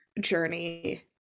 journey